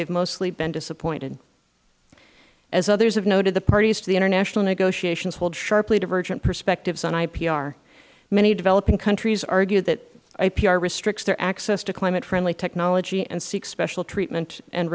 have mostly been disappointed as others have noted the parties to the international negotiations hold sharply divergent perspectives on ipr many developing countries argue that ipr restricts their access to climate friendly technology and seeks special treatment and